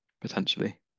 potentially